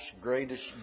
greatest